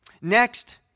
Next